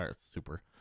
super